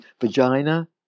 vagina